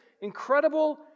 incredible